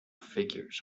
figures